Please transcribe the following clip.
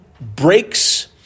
breaks